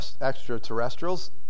extraterrestrials